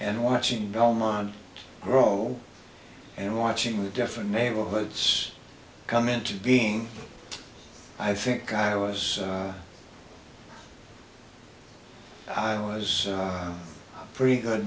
and watching belmont grow and watching the different neighborhoods come into being i think i was i was pretty good